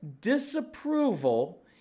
disapproval